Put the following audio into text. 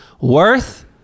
worth